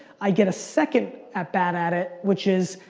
i get a second at-bat at it which is,